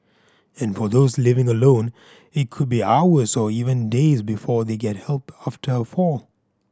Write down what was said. and for those living alone it could be hours or even days before they get help after a fall